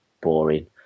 boring